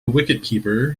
wicketkeeper